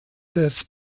des